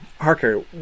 Harker